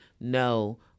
no